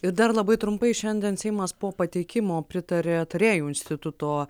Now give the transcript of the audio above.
ir dar labai trumpai šiandien seimas po pateikimo pritarė tarėjų instituto